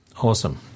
Awesome